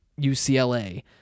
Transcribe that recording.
UCLA